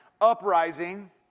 uprising